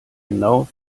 genau